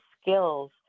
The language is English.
skills